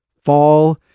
fall